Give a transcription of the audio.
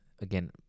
again